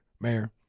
mayor